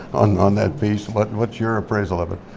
on on that piece but what's your appraisal of it?